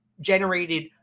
generated